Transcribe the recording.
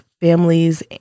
families